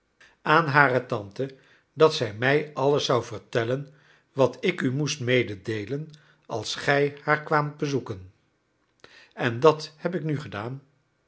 terugkrijgen aan hare tante dat zij mij alles zou vertellen wat ik u moest mededeelen als gij haar kwaamt bezoeken en dat heb ik nu gedaan